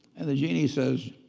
and the genie says,